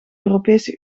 europese